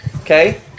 okay